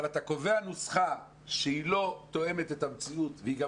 אבל אתה קובע נוסחה שהיא לא תואמת את המציאות והיא גם